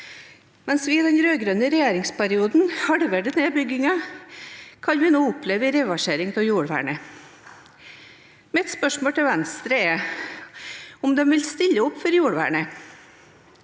Mens vi i den rød-grønne regjeringsperioden halverte nedbyggingen, kan vi nå oppleve reversering av jordvernet. Mitt spørsmål til Venstre er om de vil stille opp for jordvernet.